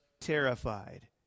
terrified